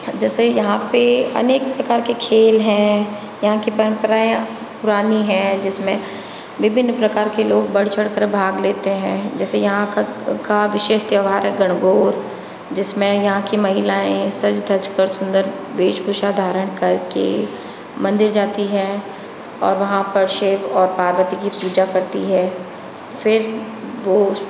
जैसे यहाँ पे अनेक प्रकार के खेल हैं यहाँ की परम्पराएं पुरानी हैं जिसमें विभिन्न प्रकार के लोग बढ़ चढ़ कर भाग लेते हैं जैसे यहाँ का विशेष त्यौहार गणगौर जिसमें यहाँ की महिलाएं सज धज कर सुंदर वेशभूषा धारण करके मंदिर जाती हैं और वहाँ पर शिव और पार्वती की पूजा करती है फिर वो